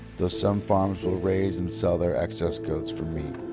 though some farms will raise and sell their excess goats for meat.